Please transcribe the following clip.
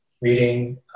reading